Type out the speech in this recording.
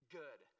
good